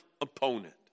opponent